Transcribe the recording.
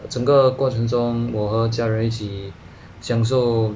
整个过程中我和家人一起享受